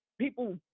people